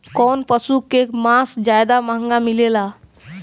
कौन पशु के मांस ज्यादा महंगा मिलेला?